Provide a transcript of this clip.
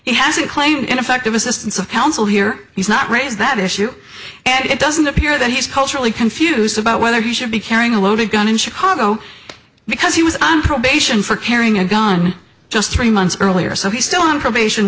he hasn't claimed ineffective assistance of counsel here he's not raised that issue and it doesn't appear that he's culturally confused about whether you should be carrying a loaded gun in chicago because he was on probation for carrying a gun just three months earlier so he's still on probation